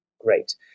Great